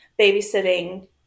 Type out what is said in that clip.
babysitting